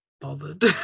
bothered